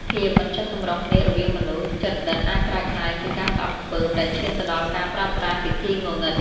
ភាពមិនចុះសម្រុងគ្នារវាងមនុស្សជិតដិតអាចប្រែក្លាយជាការស្អប់ខ្ពើមដែលឈានទៅដល់ការប្រើប្រាស់វិធីងងឹត។